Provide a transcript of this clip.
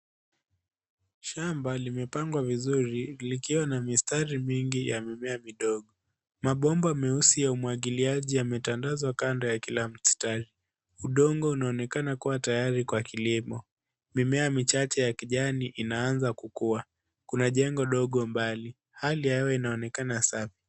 Shamba limepandwa vizuri likiwa na mistari mingi ya mimea midogo. Mabomba meusi ya umwagiliaji yametandazwa kando ya kila mstari. Udongo unaonekana kuwa tayari kwa kilimo. Mimea michache ya kijani inaanza kukua. Kuna jengo dogo mbali. Hali ya hewa inaonekana safi.